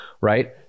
right